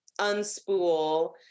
unspool